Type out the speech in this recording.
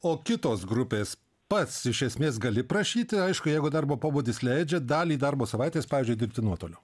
o kitos grupės pats iš esmės gali prašyti aišku jeigu darbo pobūdis leidžia dalį darbo savaitės pavyzdžiui dirbti nuotoliu